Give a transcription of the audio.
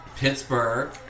Pittsburgh